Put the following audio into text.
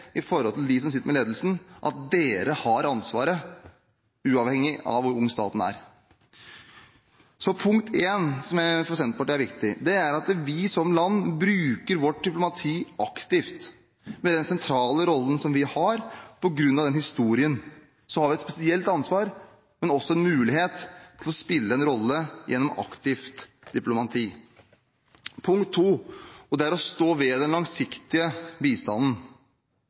Punkt 1, som for Senterpartiet er viktig, er at vi som land bruker vårt diplomati aktivt, med den sentrale rollen som vi har. På grunn av historien har vi et spesielt ansvar, men også en mulighet til å spille en rolle gjennom aktivt diplomati. Punkt 2 er å stå ved den langsiktige bistanden.